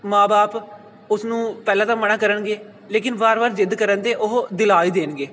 ਮਾਂ ਬਾਪ ਉਸ ਨੂੰ ਪਹਿਲਾਂ ਤਾਂ ਮਨ੍ਹਾ ਕਰਨਗੇ ਲੇਕਿਨ ਵਾਰ ਵਾਰ ਜਿੱਦ ਕਰਨ 'ਤੇ ਉਹ ਦਿਲਾ ਹੀ ਦੇਣਗੇ